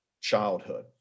childhood